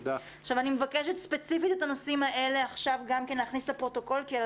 אני מבקשת ספציפית את הנושאים האלה עכשיו גם להכניס לפרוטוקול כי על